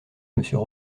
monsieur